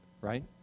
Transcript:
right